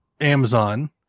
amazon